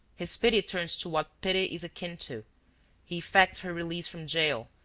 his pity turns to what pity is akin to he effects her release from jail,